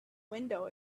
window